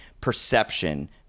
perception